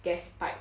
gas pipe